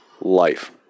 life